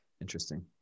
Interesting